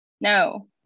No